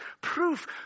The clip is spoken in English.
proof